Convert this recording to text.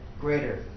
greater